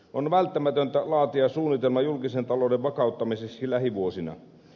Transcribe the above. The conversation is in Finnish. on välttämätöntä laatia suunnitelma julkisen talouden vakauttamiseksi lähivuosina